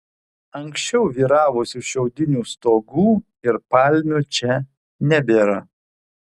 anksčiau vyravusių šiaudinių stogų ir palmių čia nebėra